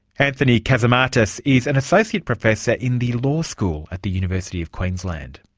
anthony cassimatis is an associate professor in the law school at the university of queensland.